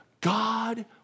God